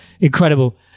incredible